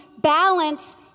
balance